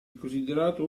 considerato